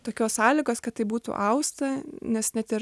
tokios sąlygos kad tai būtų austa nes net ir